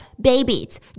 babies